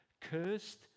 cursed